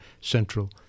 Central